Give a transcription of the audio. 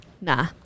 Nah